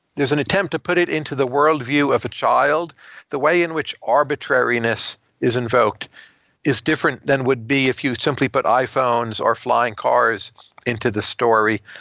there's an attempt to put it into the worldview of a child the way in which arbitrariness is invoked is different than would be if you simply put iphones or flying cars into the story.